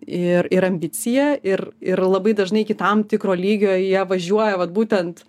ir ir ambicija ir ir labai dažnai iki tam tikro lygio jie važiuoja vat būtent